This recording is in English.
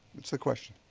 that's the question.